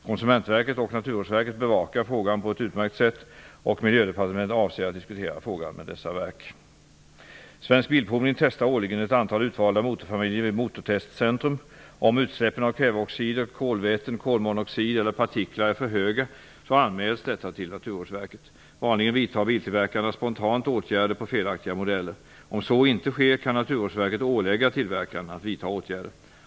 Konsumentverket och Naturvårdsverket bevakar frågan på ett utmärkt sätt, och Miljödepartementet avser att diskutera frågan med dessa verk. Svensk Bilprovning testar årligen ett antal utvalda motorfamiljer vid Motortestcentrum. Om utsläppen av kväveoxider, kolväten, kolmonoxid eller partiklar är för höga anmäls detta till Naturvårdsverket. Vanligen vidtar biltillverkarna spontant åtgärder på felaktiga modeller. Om så inte sker kan Naturvårdsverket ålägga tillverkaren att vidta åtgärder.